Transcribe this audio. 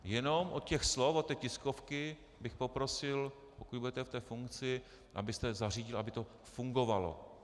Jenom od těch slov, od té tiskovky bych poprosil, pokud budete v té funkci, abyste zařídil, aby to fungovalo.